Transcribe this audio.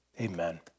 Amen